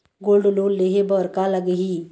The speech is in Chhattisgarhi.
गोल्ड लोन लेहे बर का लगही?